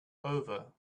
over